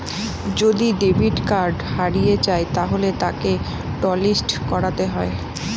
যদি debit card হারিয়ে যায় তাহলে তাকে টলিস্ট করাতে হবে